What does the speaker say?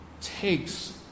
takes